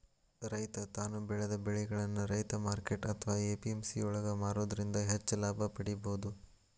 ರೈತ ತಾನು ಬೆಳೆದ ಬೆಳಿಗಳನ್ನ ರೈತರ ಮಾರ್ಕೆಟ್ ಅತ್ವಾ ಎ.ಪಿ.ಎಂ.ಸಿ ಯೊಳಗ ಮಾರೋದ್ರಿಂದ ಹೆಚ್ಚ ಲಾಭ ಪಡೇಬೋದು